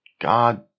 God